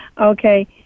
Okay